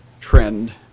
trend